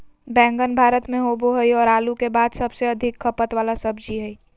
बैंगन भारत में होबो हइ और आलू के बाद सबसे अधिक खपत वाला सब्जी हइ